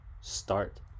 start